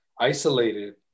isolated